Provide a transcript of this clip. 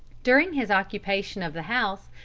during his occupation of the house,